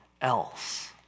else